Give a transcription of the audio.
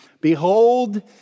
Behold